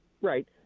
Right